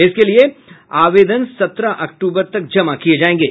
इसके लिये आवेदन सत्रत अक्टूबर तक जमा किये जायेंगे